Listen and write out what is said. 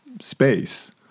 space